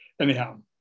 anyhow